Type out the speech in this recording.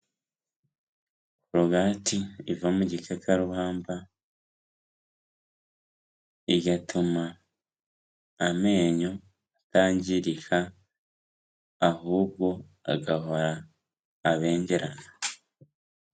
Korogati iva mu gikakarubamba igatuma amenyo atangirika ahubwo agahora abengerana.